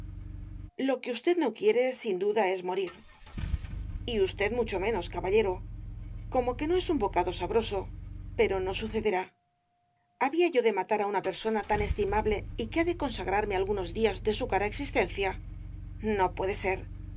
lo que usted no quiere sin duda es morir y usted mucho menos caballero como que no es un bocado sabroso pero no sucederá había yo el caballero de las botas azules de matar á una persona tan estimable y que ha de consagrarme algunos días de su cara existencia no puede ser